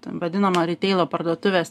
ten vadinamo riteilo parduotuvės